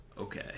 okay